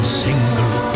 single